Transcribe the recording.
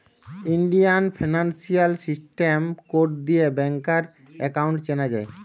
Indian financial system code দিয়ে ব্যাংকার account চেনা যায়